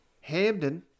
Hamden